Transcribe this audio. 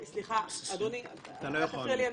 אדוני, אל תפריע לי.